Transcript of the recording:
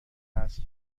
وصل